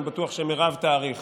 אני בטוח שמירב תעריך,